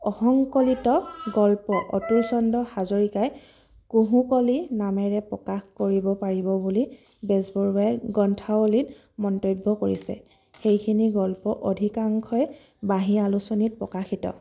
অসংকলিত গল্প অতুল চন্দ হাজৰিকাই কেহোঁকলি নামেৰে প্ৰকাশ কৰিব পাৰিব বুলি বেজবৰুৱাই গ্ৰন্থাৱলীত মন্তব্য কৰিছে সেইখিনি গল্প অধিকাংশই বাঁহী আলোচনিত প্ৰকাশিত